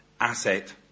asset